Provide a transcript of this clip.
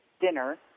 dinner